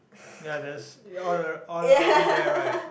ya that's all all around there right